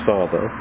Father